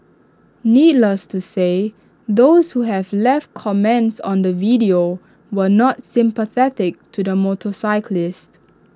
needless to say those who have left comments on the video were not sympathetic to the motorcyclist